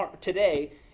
today